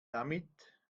damit